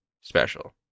special